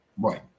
Right